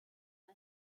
for